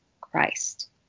Christ